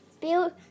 build